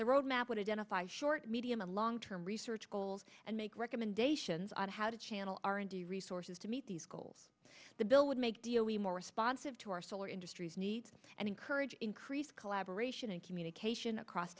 the roadmap would identify short medium and long term research goals and make recommendations on how to channel r and d resources to meet these goals the bill would make d o a more responsive to our solar industries needs and encourage increased collaboration and communication across